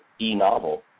e-novel